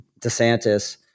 DeSantis